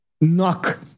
knock